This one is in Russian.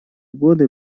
годы